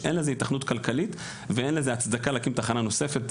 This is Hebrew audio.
שאין לזה היתכנות כלכלית ואין לזה הצדקה להקים תחנה נוספת,